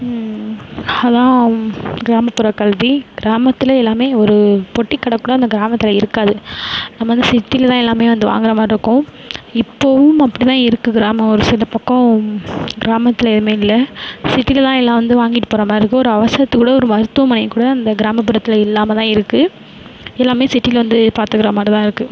அதான் கிராமப்புற கல்வி கிராமத்தில் எல்லாமே ஒரு பொட்டிக்கடைக்கூட அந்த கிராமத்தில் இருக்காது நம்ம அந்த சிட்டியில் தான் எல்லாருமே வந்து வாங்குற மாரிருக்கும் இப்போதும் அப்படி தான் இருக்குது கிராமம் ஒரு சில பக்கம் கிராமத்தில் எதுவுமே இல்லை சிட்டியில் தான் எல்லாம் வந்து வாங்கிட்டு போகிற மாதிரி இருக்கு ஒரு அவசரத்துக்கூட ஒரு மருத்துவமனை கூட அந்த கிராமப்புறத்தில் இல்லாமல் தான் இருக்குது எல்லாமே சிட்டியில் வந்து பார்த்துக்கற மாதிரி தான் இருக்குது